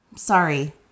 sorry